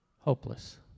hopeless